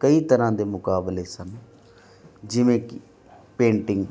ਕਈ ਤਰ੍ਹਾਂ ਦੇ ਮੁਕਾਬਲੇ ਸਨ ਜਿਵੇਂ ਕਿ ਪੇਂਟਿੰਗ